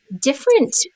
different